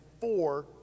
four